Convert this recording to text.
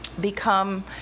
become